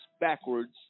backwards